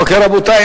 אוקיי, רבותי.